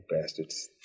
bastards